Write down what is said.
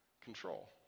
control